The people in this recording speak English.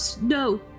no